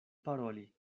paroli